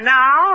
now